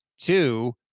Two